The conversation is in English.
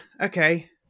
okay